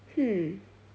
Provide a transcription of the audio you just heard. hmm